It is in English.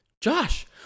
Josh